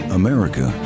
america